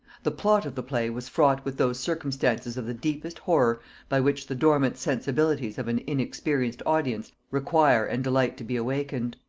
the plot of the play was fraught with those circumstances of the deepest horror by which the dormant sensibilities of an inexperienced audience require and delight to be awakened.